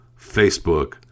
Facebook